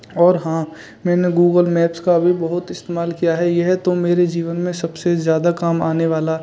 और हाँ मैंने गूगल मैप्स का भी बहुत इस्तेमाल किया है यह तो मेरे जीवन में सबसे ज़्यादा काम आने वाला